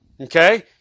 Okay